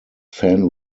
fan